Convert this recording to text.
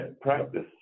practice